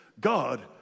God